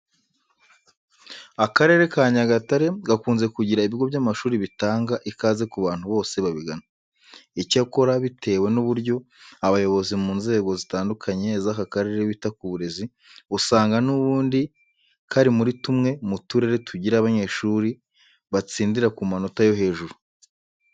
Akarere ka Nyagatare gakunze kugira ibigo by'amashuri bitanga ikaze ku bantu bose babigana. Icyakora bitewe n'uburyo abayobozi mu nzego zitandukanye z'aka karere bita ku burezi, usanga n'ubundi kari muri tumwe mu turere tugira abanyeshuri batsindira ku manota yo hejuru.